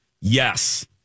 Yes